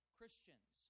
Christians